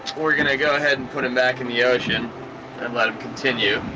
we're going to go ahead and put him back in the ocean and let him continue.